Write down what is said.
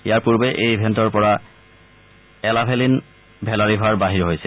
ইয়াৰ পুৰ্বে এই ইভেণ্টৰ পৰা এলাভেনীল ভেলাৰিভাৰ বাহিৰ হৈছিল